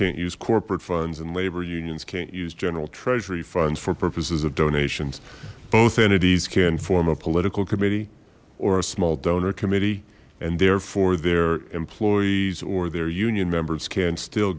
can't use corporate funds and labor unions can't use general treasury funds for purposes of donations both entities can form a political committee or a small donor committee and therefore their employees or their union members can still